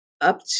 up